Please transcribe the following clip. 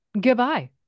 goodbye